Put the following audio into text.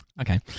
Okay